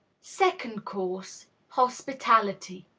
second course hospitality.